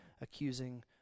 accusing